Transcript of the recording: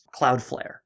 Cloudflare